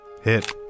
Hit